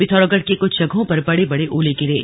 पिथौरागढ़ के कुछ जगहों पर बड़े बड़े ओले गिरे